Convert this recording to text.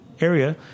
area